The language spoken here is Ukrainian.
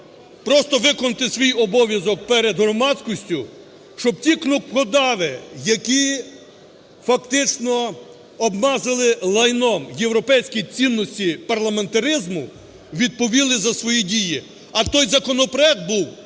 Просто виконайте свій обов'язок перед громадськістю, щоб ті кнопкодави, які фактично обмазали лайном європейські цінності парламентаризму, відповіли за свої дії, а той законопроект був